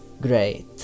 Great